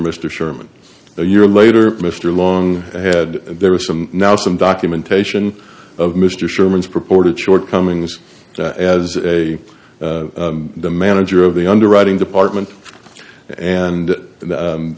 mr sherman a year later mr long had there was some now some documentation of mr sherman's purported shortcomings as a the manager of the underwriting department and